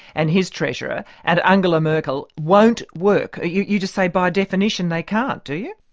and his treasurer, and angela merkel, won't work. you you just say by definition they can't, do you?